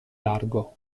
largo